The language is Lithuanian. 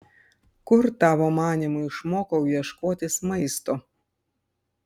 kur tavo manymu išmokau ieškotis maisto